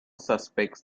suspects